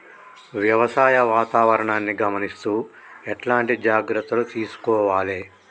వ్యవసాయ వాతావరణాన్ని గమనిస్తూ ఎట్లాంటి జాగ్రత్తలు తీసుకోవాలే?